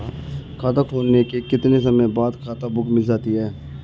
खाता खुलने के कितने समय बाद खाता बुक मिल जाती है?